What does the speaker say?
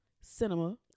cinema